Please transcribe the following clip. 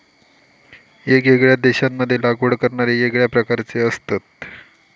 येगयेगळ्या देशांमध्ये लागवड करणारे येगळ्या प्रकारचे असतत